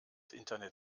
internet